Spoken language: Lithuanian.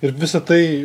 ir visa tai